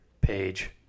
page